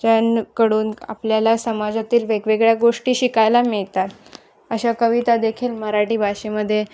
ज्यांकडून आपल्याला समाजातील वेगवेगळ्या गोष्टी शिकायला मिळतात अशा कविता देखील मराठी भाषेमध्ये